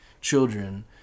children